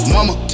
Mama